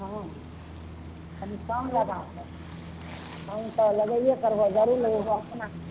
हँ कनी कम लगाहो हम तऽ लेबैए करबै गरीब लोक कोना